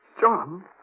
John